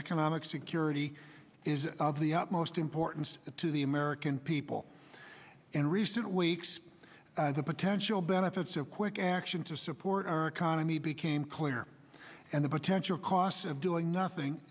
economic security is of the utmost importance to the american people in recent weeks the potential benefits of quick action to support our economy became clear and the potential costs of doing nothing